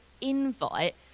invite